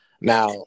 now